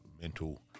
mental